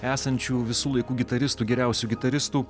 esančių visų laikų gitaristų geriausių gitaristų